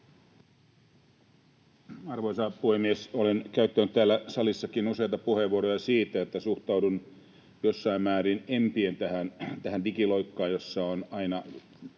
Arvoisa puhemies! Olen käyttänyt täällä salissakin useita puheenvuoroja siitä, että suhtaudun jossain määrin empien tähän digiloikkaan, jossa